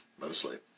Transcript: Mostly